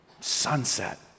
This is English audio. sunset